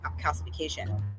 calcification